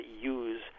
use